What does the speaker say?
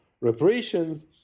reparations